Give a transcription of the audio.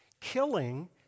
Killing